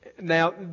now